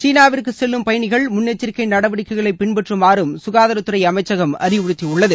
சீனாவிற்கு செல்லும் பயணிகள் முன் எச்சரிக்கை நடவடிக்கைகளை பின்பற்றுமாறு சுகாதாரத் துறை அமைச்சகம் அறிவுறுத்தியுள்ளது